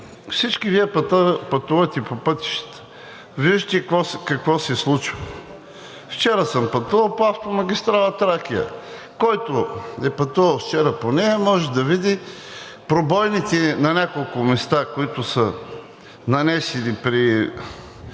всички Вие пътувате по пътищата, вижте какво се случва. Вчера съм пътувал по автомагистрала „Тракия“. Който е пътувал вчера по нея, може да види пробойните на няколко места, които са нанесени при